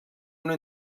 una